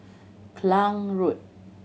Klang Road